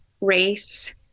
race